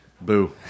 Boo